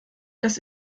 das